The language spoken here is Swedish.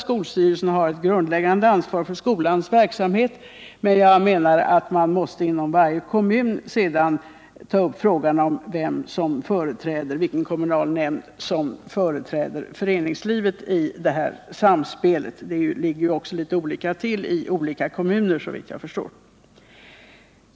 Skolstyrelsen har ett grundläggande ansvar för skolans verksamhet, men jag menar att man inom varje kommun sedan måste ta upp frågan om vilken kommunal nämnd som skall företräda föreningslivet i det samspelet. Det ligger ju också litet olika till i olika kommuner, såvitt jag förstår.